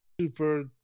super